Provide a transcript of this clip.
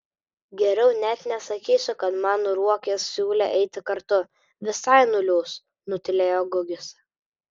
geriau net nesakysiu kad man ruokis siūlė eiti kartu visai nuliūs nutylėjo gugis